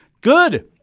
Good